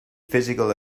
physical